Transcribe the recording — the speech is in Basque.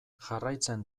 jarraitzen